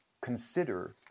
consider